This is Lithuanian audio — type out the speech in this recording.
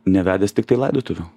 nevedęs tiktai laidotuvių